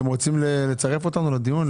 אתם רוצים לצרף אותנו לדיון,